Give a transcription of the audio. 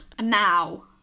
Now